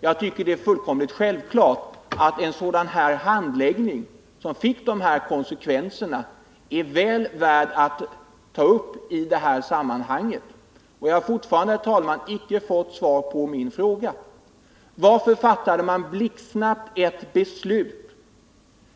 Jag tycker att det är fullkomligt självklart att en sådan här handläggning, som fick dessa konsekvenser, är väl värd att ta upp i det här sammanhanget. Jag har fortfarande, herr talman, inte fått svar på min fråga: Varför fattade man blixtsnabbt ett beslut